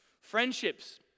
Friendships